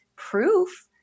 proof